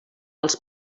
els